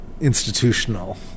institutional